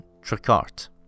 Tricart